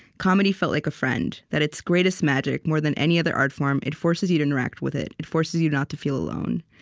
comedy felt like a friend. that's its greatest magic more than any other art form, it forces you to interact with it it forces you not to feel alone.